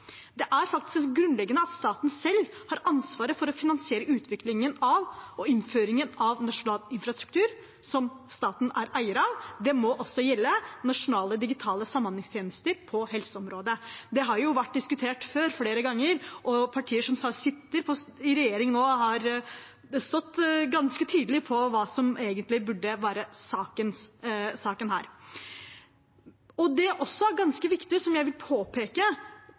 Det er faktisk helt grunnleggende at staten selv har ansvaret for å finansiere utviklingen og innføringen av nasjonal infrastruktur som staten er eier av. Det må også gjelde nasjonale digitale samhandlingstjenester på helseområdet. Det har vært diskutert flere ganger før, og partier som sitter i regjering nå, har stått ganske tydelig på hva som egentlig burde være saken her. Det jeg vil påpeke som også er ganske viktig,